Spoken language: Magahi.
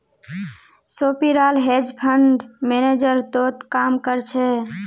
सोपीराल हेज फंड मैनेजर तोत काम कर छ